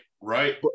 right